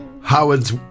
Howard's